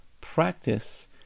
practice